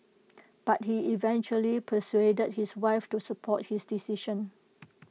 but he eventually persuaded his wife to support his decision